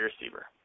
receiver